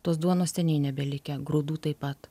tos duonos seniai nebelikę grūdų taip pat